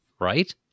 right